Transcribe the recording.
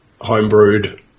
Homebrewed